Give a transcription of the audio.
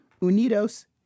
Unidos